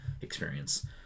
experience